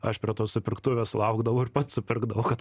aš prie tos supirktuvės laukdavau ir pats supirkdavau kad